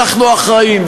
אנחנו אחראיים,